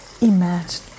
imagine